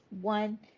one